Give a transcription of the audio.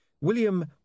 William